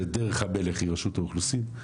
שדרך המלך היא רשות האוכלוסין.